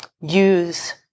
use